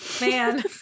man